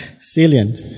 salient